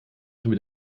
schon